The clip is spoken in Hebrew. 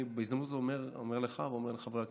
אני בהזדמנות הזאת אומר לך ואומר לחברי הכנסת: